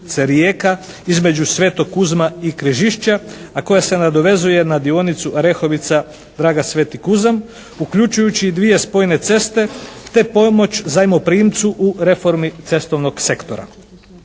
između Svetog Kuzma i Križišća, a koja se nadovezuje na dionicu Orehovica-Draga-Sveti Kuzam, uključujući i dvije spojene ceste, te pomoć zajmoprimcu u reformi cestovnog sektora.